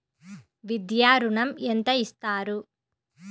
విద్యా ఋణం ఎంత ఇస్తారు?